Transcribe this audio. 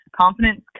Confidence